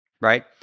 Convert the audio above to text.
right